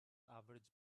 average